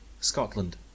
Scotland